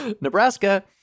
Nebraska